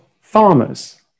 farmers